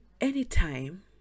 anytime